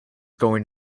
going